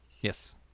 Yes